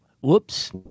whoops